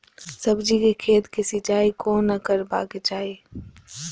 सब्जी के खेतक सिंचाई कोना करबाक चाहि?